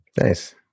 Nice